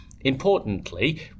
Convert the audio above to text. Importantly